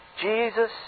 Jesus